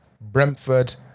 Brentford